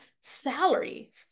salary